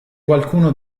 qualcuno